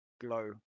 glow